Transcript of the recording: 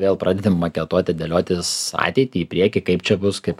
vėl pradedi maketuoti dėliotis ateitį į priekį kaip čia bus kaip